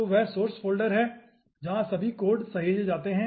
तो वह source folder है जहां सभी कोड सहेजे जाते हैं